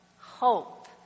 hope